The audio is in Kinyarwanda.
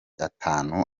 atanu